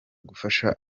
gufasha